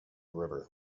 river